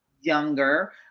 younger